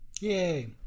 Yay